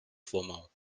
formal